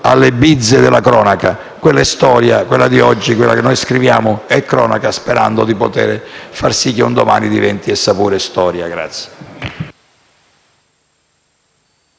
alle bizze della cronaca. Quella è storia, mentre quella di oggi, quella che noi scriviamo è cronaca, sperando di poter far sì che un domani diventi, essa stessa, storia.